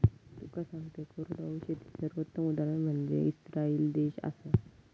तुका सांगतंय, कोरडवाहू शेतीचे सर्वोत्तम उदाहरण म्हनजे इस्राईल देश आसा